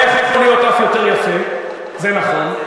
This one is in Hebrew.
היה יכול להיות אף יותר יפה, זה נכון.